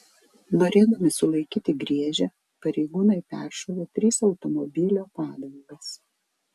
norėdami sulaikyti griežę pareigūnai peršovė tris automobilio padangas